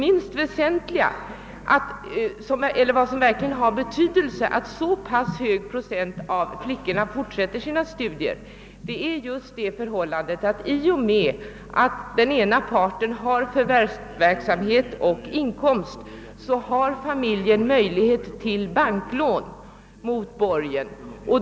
Att så pass hög procent av flickorna ändå fortsätter sina studier beror just på att i och med att den ena parten har förvärvsverksamhet och inkomst har familjen möjlighet att få banklån mot borgen.